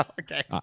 Okay